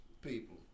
people